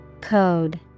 Code